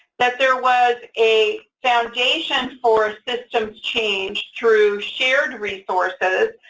that there was a foundation for systems change through shared resources,